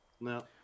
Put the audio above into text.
No